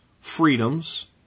freedoms